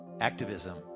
activism